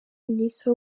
minisitiri